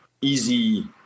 easy